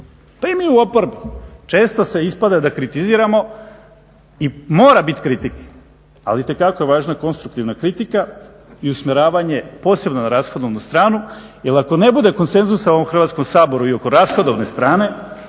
pa i mi u oporbi često se ispada da kritiziramo i mora biti kritike. Ali itekako je važna konstruktivna kritika i usmjeravanje posebno na rashodovnu stranu, jer ako ne bude konsenzusa u ovom Hrvatskom saboru i oko rashodovne strane